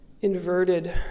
Inverted